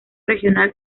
regional